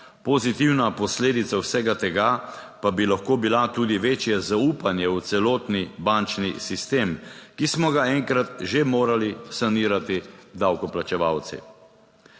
Pozitivna posledica vsega tega pa bi lahko bila tudi večje zaupanje v celotni bančni sistem, ki smo ga enkrat že morali sanirati davkoplačevalci.